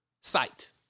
site